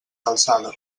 calçada